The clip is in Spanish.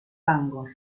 bangor